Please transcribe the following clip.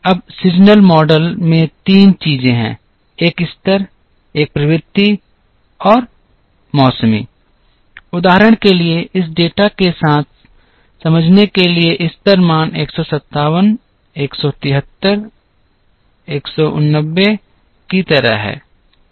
अब मौसमी मॉडल में तीन चीजें हैं एक स्तर एक प्रवृत्ति और मौसमी उदाहरण के लिए इस डेटा के साथ समझाने के लिए स्तर मान 157 173 189 की तरह हैं